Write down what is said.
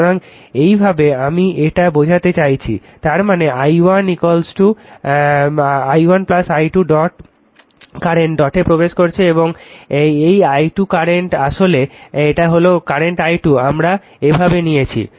সুতরাং এই ভাবে আমি এটা বোঝাতে চাচ্ছি তার মানে i1 i2 কারেন্ট ডট এ প্রবেশ করছে এবং এই i2 কারেন্ট আসলে এটা হল কারেন্ট i2 আমরা এভাবে নিয়েছি